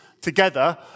together